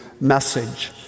message